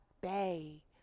Bay